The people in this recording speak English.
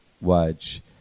watch